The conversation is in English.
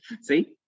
See